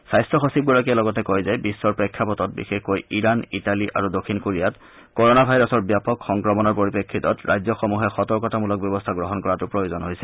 স্বাস্থ্য সচিবগৰাকীয়ে লগতে কয় যে বিখ্বৰ প্ৰেক্ষাপটত বিশেষকৈ ইৰান ইটালী আৰু দক্ষিণ কোৰিয়াত ক'ৰোনা ভাইৰাছৰ ব্যাপক সংক্ৰমণৰ পৰিপ্ৰেক্ষিতত ৰাজ্যসমূহে সতৰ্কতামূলক ব্যৱস্থা গ্ৰহণ কৰাটো প্ৰয়োজন হৈছে